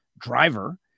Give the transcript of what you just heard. driver